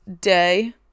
day